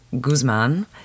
Guzman